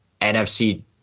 NFC